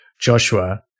Joshua